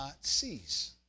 cease